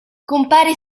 compare